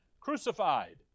Crucified